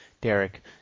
Derek